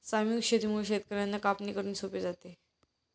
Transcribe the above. सामूहिक शेतीमुळे शेतकर्यांना कापणी करणे सोपे जाते